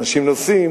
אנשים נוסעים,